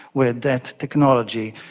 with that technology.